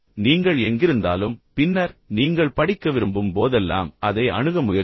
நீங்கள் எங்கிருந்தாலும் பின்னர் நீங்கள் படிக்க விரும்பும் போதெல்லாம் அதை அணுக முயற்சிக்கவும்